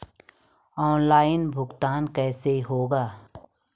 Online भुगतान कैसे होगा?